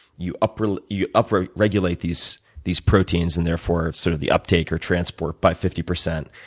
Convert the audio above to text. you upregulate you upregulate these these proteins and therefore sort of the uptake or transport by fifty percent.